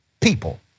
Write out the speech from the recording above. people